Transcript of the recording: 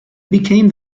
became